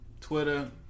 Twitter